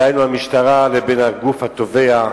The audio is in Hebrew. דהיינו המשטרה, לבין הגוף התובע,